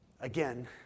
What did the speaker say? Again